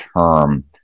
term